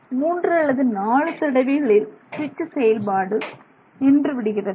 3 அல்லது 4 தடவைகளில் ஸ்விட்ச் செயல்பாடு இது நின்று விடுகிறதா